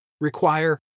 require